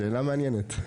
שאלה מעניינת.